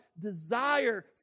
desire